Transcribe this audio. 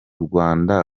rwanda